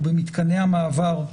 או במתקני המעבר,